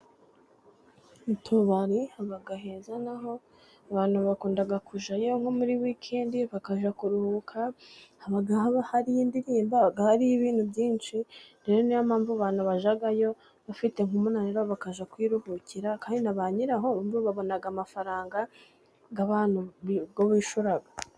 Utubari haba heza, na ho abantu bakunda kujyayo nko muri wikendi bakajya kuruhuka, haba hariyo indirimbo haba hariyo ibintu byinshi, rero ni yo mpamvu bajyayo bafite nk'umunaniro bakajya kwiruhukira, kandi na ba nyiraho babona amafaranga yo bishyura.